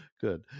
good